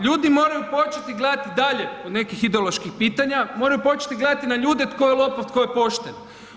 Ljudi moraju početi gledati dalje od nekih ideoloških pitanja, moraju početi gledati na ljude tko je lopov, tko je pošten.